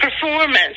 performance